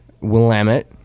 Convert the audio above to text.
Willamette